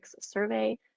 survey